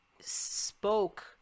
spoke